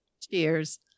Cheers